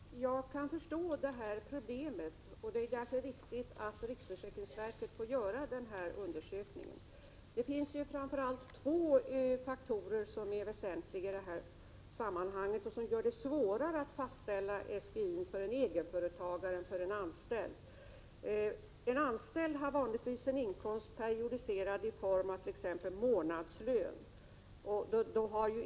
Herr talman! Jag kan förstå det här problemet, och det är därför viktigt att riksförsäkringsverket får göra denna undersökning. Det finns ju framför allt två faktorer som är väsentliga i detta sammanhang och som gör det svårare att fastställa SGI:n för en egenföretagare än för en anställd. En anställd har vanligtvis en inkomst periodiserad i form av t.ex. månadslön.